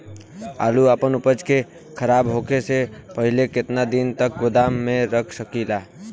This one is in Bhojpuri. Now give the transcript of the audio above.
आपन आलू उपज के खराब होखे से पहिले केतन दिन तक गोदाम में रख सकिला?